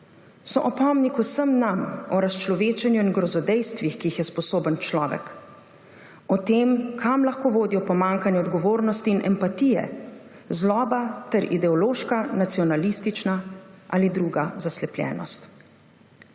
So opomnik vsem nam o razčlovečenju in grozodejstvih, ki jih je sposoben človek. O tem, kam lahko vodijo pomanjkanje odgovornosti in empatije, zloba ter ideološka nacionalistična ali druga zaslepljenost.